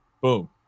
boom